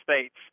States